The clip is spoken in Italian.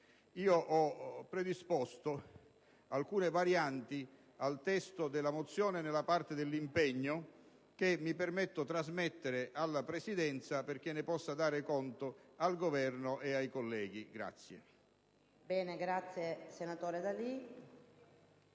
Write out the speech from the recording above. ho predisposto alcune varianti al testo della mozione, nella parte degli impegni, che mi permetto di trasmettere alla Presidenza perché ne possa dare conto al Governo ed ai colleghi.